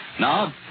Now